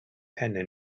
pennau